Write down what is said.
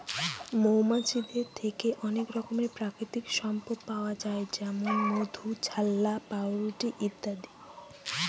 মৌমাছিদের থেকে অনেক রকমের প্রাকৃতিক সম্পদ পাওয়া যায় যেমন মধু, ছাল্লা, পাউরুটি ইত্যাদি